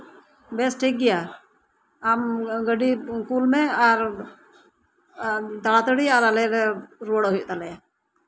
ᱵᱮᱥ ᱴᱷᱤᱠ ᱜᱮᱭᱟ ᱟᱢ ᱜᱟᱹᱰᱤ ᱠᱩᱞᱢᱮ ᱟᱨ ᱛᱟᱲᱟᱛᱟᱲᱤ ᱟᱞᱮ ᱨᱩᱣᱟᱹᱲᱚᱜ ᱦᱩᱭᱩᱜ ᱛᱟᱞᱮᱭᱟ